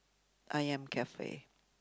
Ayam-Cafe